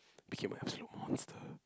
became a absolute monster